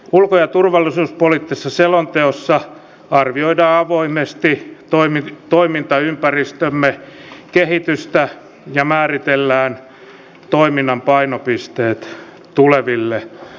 ulko ja turvallisuuspoliittisessa selonteossa arvioidaan avoimesti toimintaympäristömme kehitystä ja määritellään toiminnan painopisteet tuleville vuosille